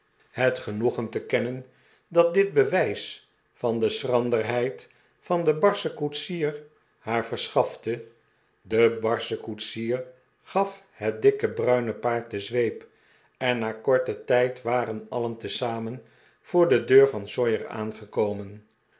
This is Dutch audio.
het genoegen te kennen dat dit bewijs van de schranderheid van den barschen koetsier haar verschafte de barsche koetsier gaf het dikke bruine paard de zweep en na korten tijd waren alien tezamen voor de deur van sawyer aangekomen